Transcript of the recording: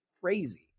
crazy